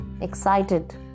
excited